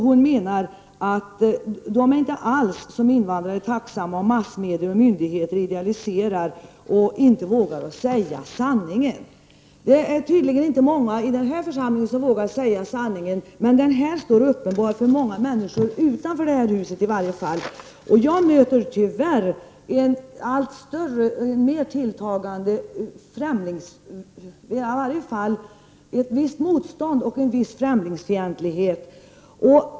Hon menar att invandrarna inte alls är tacksamma om massmedier och myndigheter idealiserar och inte vågar säga sanningen. Det är tydligen inte många i den här församlingen som vågar säga sanningen, men den är i varje fall uppenbar för många människor utanför det här huset. Jag möter tyvärr ett alltmer tilltagande motstånd mot flyktingpolitiken och en viss främlingsfientlighet.